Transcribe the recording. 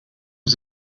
was